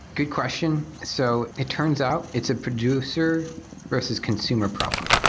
good question. so it turns out it's a producer versus consumer problem.